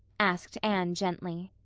asked anne gently.